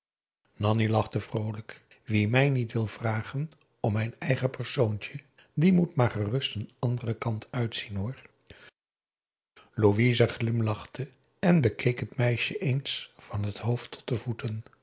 nanni lachte vroolijk wie mij niet wil vragen om mijn eigen persoontje p a daum hoe hij raad van indië werd onder ps maurits die moet maar gerust een anderen kant uitzien hoor louise glimlachte en bekeek het meisje eens van het hoofd tot de voeten